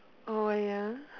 oh ya